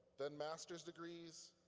then master's degrees,